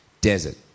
desert